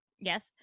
Yes